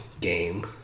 game